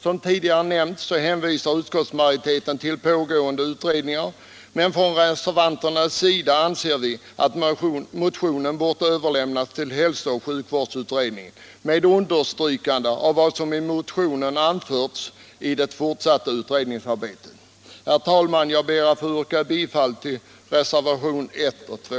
Som tidigare nämnts hänvisar utskottsmajoriteten till pågående utredningar, men reservanterna anser att motionen borde överlämnas till hälsooch sjukvårdsutredningen med ett understrykande av att vad som anförts i motionen bör beaktas i det fortsatta utredningsarbetet. Herr talman! Jag ber att få yrka bifall till reservationerna 1 och 2.